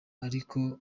ariko